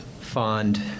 fond